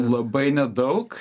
labai nedaug